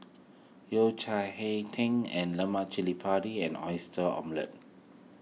Yao Cai Hei Tang in Lemak Cili Padi and Oyster Omelette